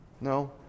No